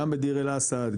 גם בדיר אל אסד,